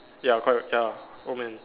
ya correct ya old man